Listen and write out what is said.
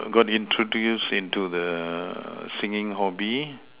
got introduce into the singing hobby